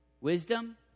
Wisdom